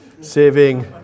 saving